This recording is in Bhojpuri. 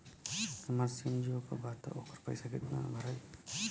हमार सिम जीओ का बा त ओकर पैसा कितना मे भराई?